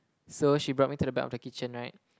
so she brought me to the back of the kitchen right